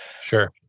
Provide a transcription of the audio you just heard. Sure